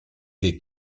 des